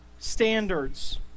standards